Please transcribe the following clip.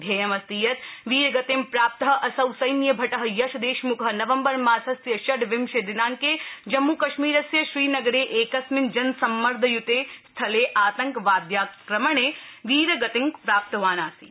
ध्येयमस्ति यत् वीरगतिं प्राप्त असौ संख्यिमट यश देशमुख नवम्बर मासस्य षड्डविंशे दिनाड़के जम्मुकश्मीरस्य श्रीनगरे एकस्मिन् जनसम्मर्दयुते स्थले आतङ्कवाद्याक्रमणे वीरगतिं प्राप्तवान् आसीत्